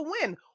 win